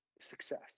success